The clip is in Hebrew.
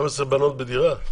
12 בנות בדירה?